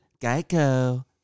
Geico